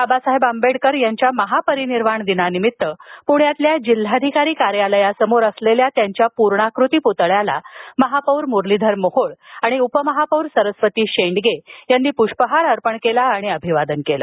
बाबासाहेब आंबेडकर यांच्या महापरिनिर्वाण दिनानिमित्त पृण्यातील जिल्हाधिकारी कार्यालयासमोरील त्यांच्या प्रर्णाकृती प्तळ्यास महापौर मुरलीधर मोहोळ आणि उपमहापौर सरस्वती शेंडगे यांनी पुष्पहार अर्पण करून अभिवादन केल